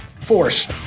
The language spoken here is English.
Force